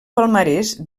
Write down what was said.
palmarès